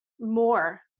more